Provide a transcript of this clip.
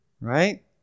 Right